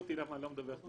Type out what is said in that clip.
אנחנו ביקשנו לבטל את זה.